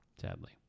Sadly